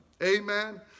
Amen